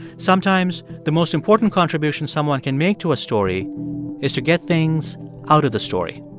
sometimes, the most important contribution someone can make to a story is to get things out of the story.